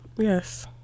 Yes